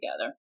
together